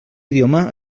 idioma